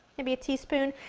maybe a teaspoon,